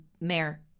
Mayor